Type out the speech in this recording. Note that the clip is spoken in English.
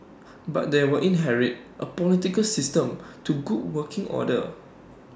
but they will inherit A political system to good working order